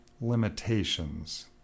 limitations